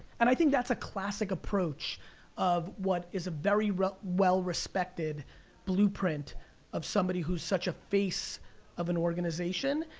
and i think that's a classic approach of what is a very well well respected blueprint of somebody who's such a face of an organization.